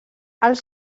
els